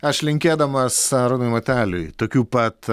aš linkėdamas arūnui mateliui tokių pat